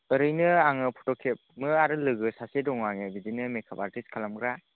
ओरैनो आङो फट' खेबो आरो लोगो सासे दङ आंनि बिदिनो मेकाप आर्टिस्ट खालामग्रा